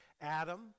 Adam